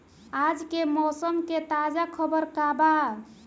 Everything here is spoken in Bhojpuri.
आज के मौसम के ताजा खबर का बा?